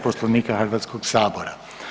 Poslovnika Hrvatskog sabora.